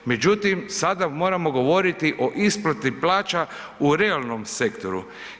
Međutim, sada moramo govoriti o isplati plaća u realnom sektoru.